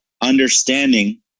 understanding